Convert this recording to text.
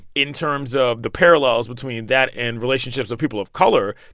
in terms of the parallels between that and relationships of people of color.